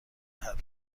هرروز